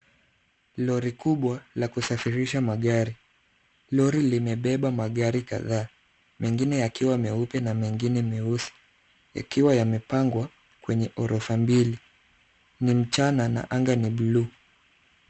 Lori kubwa la kusafirisha magari. Lori limebeba magari kadhaa mengine yakiwa meupe na mengine meusi yakiwa yamepangwa kwenye ghorofa mbili. Ni mchana na anga ni buluu.